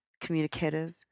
communicative